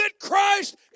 Christ